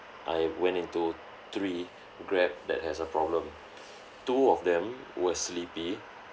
I went into three Grab that has a problem two of them were sleepy